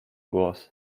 głos